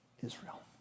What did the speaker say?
Israel